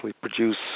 produce